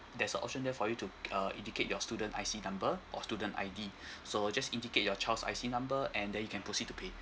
there's the option there for you to uh indicate your student I_C number or student I_D so just indicate your child's I_C number and then you can proceed to pay